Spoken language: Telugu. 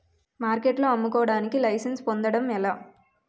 మార్కెట్లో అమ్ముకోడానికి లైసెన్స్ పొందడం ఎలా?